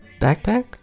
backpack